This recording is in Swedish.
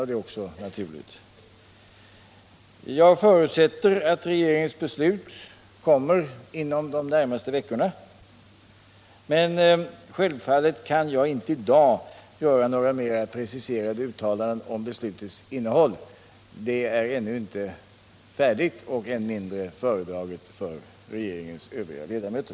Det är helt naturligt och jag är medveten om detta. Jag förutsätter att regeringens beslut kommer inom de närmaste veckorna, men självfallet kan jag i dag inte göra några mera preciserade uttalanden om innehållet. Förslaget har ännu inte helt utarbetats och än mindre föredragits för regeringens övriga ledamöter.